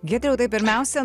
giedriau tai pirmiausia